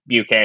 UK